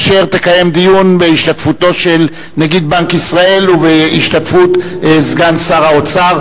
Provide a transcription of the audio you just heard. אשר תקיים דיון בהשתתפותו של נגיד בנק ישראל ובהשתתפות סגן שר האוצר,